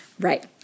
Right